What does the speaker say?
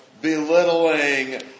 Belittling